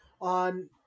on